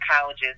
colleges